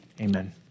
amen